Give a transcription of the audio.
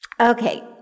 Okay